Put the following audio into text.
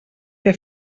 que